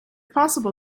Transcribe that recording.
possible